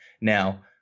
Now